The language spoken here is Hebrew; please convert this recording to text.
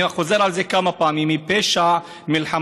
ואני חוזר על זה כמה פעמים, היא פשע מלחמה.